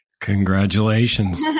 Congratulations